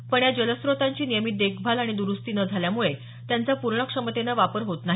पण या जलस्त्रोतांची नियमित देखभाल आणि दरुस्ती न झाल्यामुळे त्यांचा पूर्ण क्षमतेनं वापर होत नाही